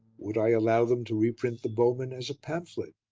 would i allow them to reprint the bowmen as a pamphlet,